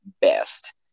best